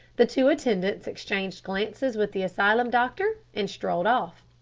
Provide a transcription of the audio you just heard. the two attendants exchanged glances with the asylum doctor and strolled off.